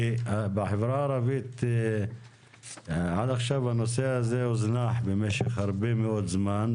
כי בחברה הערבית עד עכשיו הנושא הזה הוזנח במשך הרבה מאוד זמן,